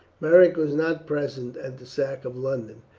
beric was not present at the sack of london.